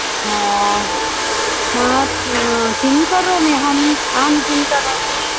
ओ मास् किं करोम्यहम् अहं किं करोमि